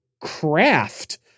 craft